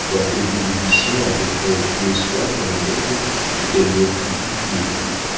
quoique nous nous vissions à peu près tous les soirs dans le monde et qu'elle m'écrivît tous les jours